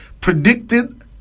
predicted